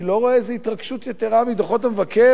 אני לא רואה איזה התרגשות יתירה מדוחות המבקר,